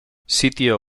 sitio